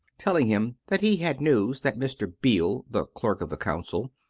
tell ing him that he had news that mr. beale, the clerk of the council,